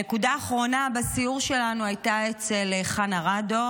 הנקודה האחרונה בסיור שלנו הייתה אצל חנה רדו.